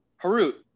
Harut